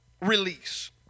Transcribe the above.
release